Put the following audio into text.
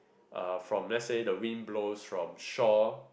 uh from let's say the wind blows from shore